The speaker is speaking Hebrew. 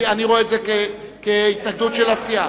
אני רואה את זה כהתנגדות של הסיעה.